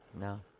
No